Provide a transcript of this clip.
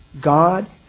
God